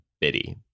Biddy